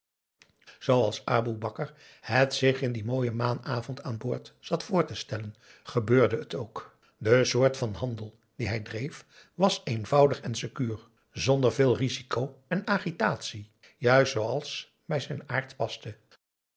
zooals aboe bakar het zich in dien mooien maanavond aan boord zat voor te stellen gebeurde het ook de soort van handel dien hij dreef was eenvoudig en secuur zonder veel risico en agitatie juist zooals bij zijn